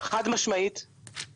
חד-משמעית כן.